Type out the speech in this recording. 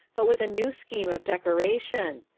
but with a new scheme of decoration,